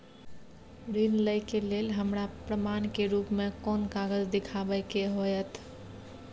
ऋण लय के लेल हमरा प्रमाण के रूप में कोन कागज़ दिखाबै के होतय?